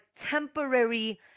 temporary